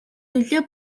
нөлөө